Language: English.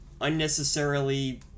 unnecessarily